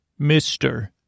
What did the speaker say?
Mr